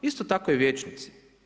Isto tako i vijećnici.